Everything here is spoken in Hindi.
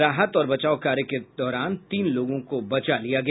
राहत और बचाव कार्य के दौरान तीन लोगों को बचा लिया गया